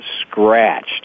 scratched